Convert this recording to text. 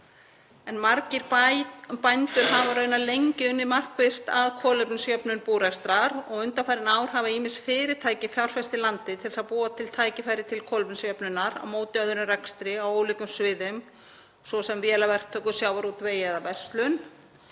en margir bændur hafa raunar lengi unnið markvisst að kolefnisjöfnun búrekstrar. Undanfarin ár hafa ýmis fyrirtæki fjárfest í landi til þess að búa til tækifæri til kolefnisjöfnunar á móti öðrum rekstri á ólíkum sviðum, svo sem vélaverktöku, sjávarútvegi eða verslun.